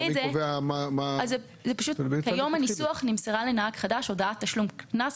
כיום הניסוח אומר שנמסרה לנהג חדש הודעת תשלום קנס,